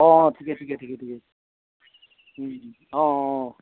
অঁ অঁ ঠিকে ঠিকে ঠিকে ঠিকে অঁ অঁ